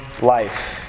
life